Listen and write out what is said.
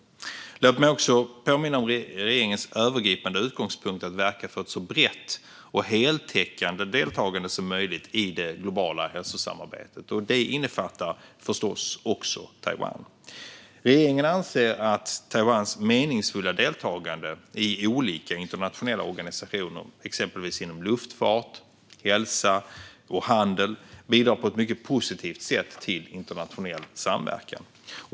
Låt mig också påminna om regeringens övergripande utgångspunkt att verka för ett så brett och heltäckande deltagande som möjligt i det globala hälsosamarbetet. Detta innefattar förstås även Taiwan. Regeringen anser att Taiwans meningsfulla deltagande i olika internationella organisationer inom exempelvis luftfart, hälsa och handel bidrar på ett mycket positivt sätt till internationell samverkan.